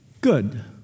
Good